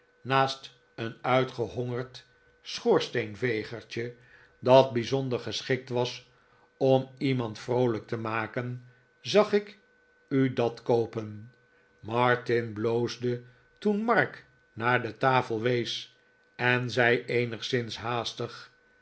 naast een uitgehongerd schoorsteenvegertje dat bijzonder geschikt was om iemand vroolijk te maken zag ik u dat koopen martin bloosde toen mark naar de tafel wees en zei eenigszins haastig